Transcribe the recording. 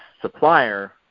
supplier